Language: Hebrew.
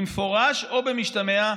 במפורש או במשתמע,